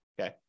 Okay